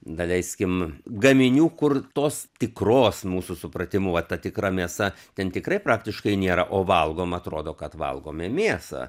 daleiskime gaminių kur tos tikros mūsų supratimu va ta tikra mėsa ten tikrai praktiškai nėra o valgom atrodo kad valgome mėsą